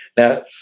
Now